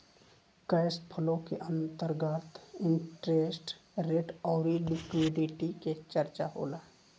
cash flow के अंतर्गत interest rate अउरी लिक्विडिटी के चरचा होला